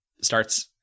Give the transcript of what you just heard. starts